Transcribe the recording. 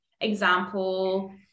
example